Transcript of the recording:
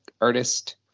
Artist